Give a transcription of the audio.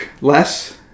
less